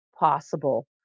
possible